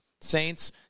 saints